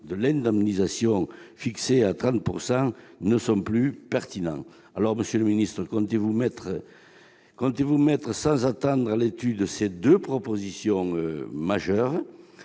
de l'indemnisation fixé à 30 % ne sont plus pertinents. Monsieur le ministre, comptez-vous mettre à l'étude, sans attendre, ces deux propositions majeures ?